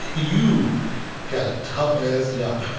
you got a tough-ass job.